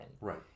Right